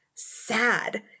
sad